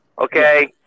Okay